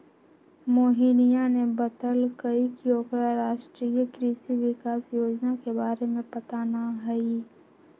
मोहिनीया ने बतल कई की ओकरा राष्ट्रीय कृषि विकास योजना के बारे में पता ना हई